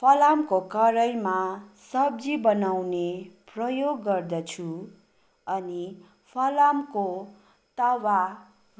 फलामको कराईमा सब्जी बनाउने प्रयोग गर्दछु अनि फलामको तावा